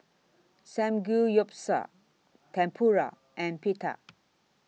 Samgeyopsal Tempura and Pita